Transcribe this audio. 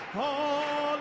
oh,